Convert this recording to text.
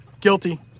Guilty